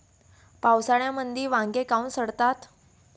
पावसाळ्यामंदी वांगे काऊन सडतात?